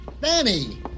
Danny